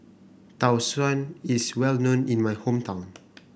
Tau Suan is well known in my hometown